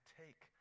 take